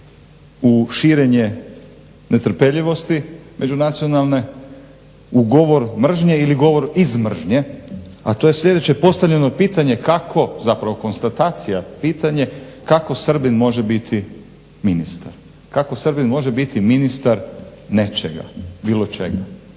u širenje netrpeljivosti međunacionalne, u govor mržnje ili govor iz mržnje, a to je sljedeće postavljeno pitanje kako, zapravo konstatacija, pitanje kako Srbin može biti ministar, kako Srbin može biti ministar nečega, bilo čega.